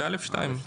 ב-(א2).